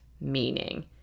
meaning